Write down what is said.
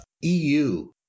EU